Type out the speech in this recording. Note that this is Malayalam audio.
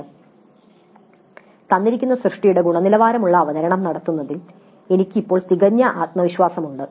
"തന്നിരിക്കുന്ന സൃഷ്ടിയുടെ ഗുണനിലവാരമുള്ള അവതരണം നടത്തുന്നതിൽ എനിക്ക് ഇപ്പോൾ തികഞ്ഞ ആത്മവിശ്വാസമുണ്ട്"